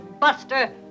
buster